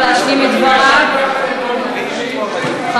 בושה.